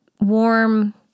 warm